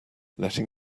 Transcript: letting